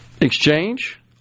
exchange